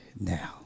Now